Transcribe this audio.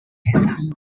some